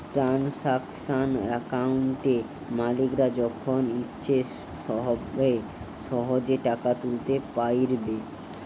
transaction অ্যাকাউন্টে মালিকরা যখন ইচ্ছে হবে সহেজে টাকা তুলতে পাইরবে